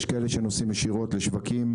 יש כאלה שנוסעים ישירות לשווקים,